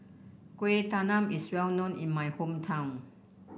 Kuih Talam is well known in my hometown